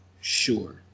sure